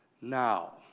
Now